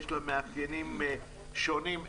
יש לה מאפיינים שונים.